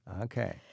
Okay